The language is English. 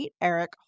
Eric